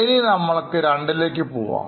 ഇനി നമ്മൾക്ക് രണ്ടിലേക്ക് പോവാം